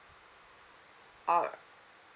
alright